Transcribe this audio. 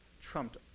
trumped